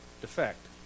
defect